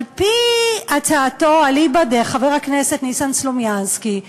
על-פי הצעתו, אליבא דחבר הכנסת ניסן סלומינסקי,